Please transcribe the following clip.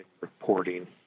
reporting